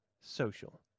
Social